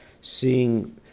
seeing